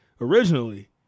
originally